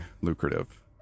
lucrative